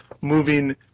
moving